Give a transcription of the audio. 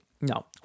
No